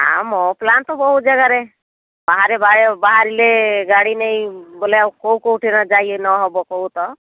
ମୋ ପ୍ଲାନ୍ ତ ବହୁତ ଜାଗାରେ ବାହାରେ ବାହାରିଲେ ଗାଡ଼ି ନେଇ ବୁଲିବାକୁ କେଉଁ କେଉଁଠି ଯାଇ ନହବ କୁହତ